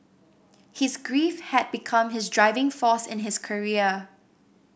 his grief had become his driving force in his career